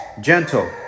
gentle